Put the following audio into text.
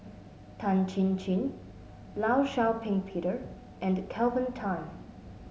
Tan Chin Chin Law Shau Ping Peter and Kelvin Tan